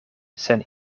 sen